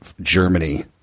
Germany